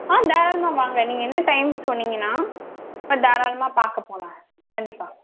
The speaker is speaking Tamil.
ஆ தாராளமாக வாங்க நீங்கள் எந்த டைம் சொன்னிங்கன்னால் ஆ தாராளமாக பார்க்க போகலாம் கண்டிப்பாக